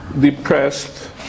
depressed